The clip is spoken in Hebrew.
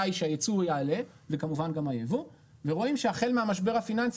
היא שהיצוא יעלה וכמובן גם היבוא ורואים שהחל מהמשבר הפיננסי